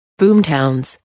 Boomtowns